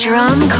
Drum